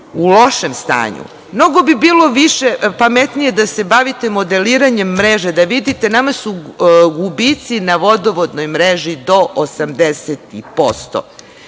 u lošem stanju. Mnogo bi bilo pametnije da se bavite modeliranjem mreže. Nama su gubici na vodovodnoj mreži do 80%.